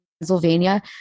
Pennsylvania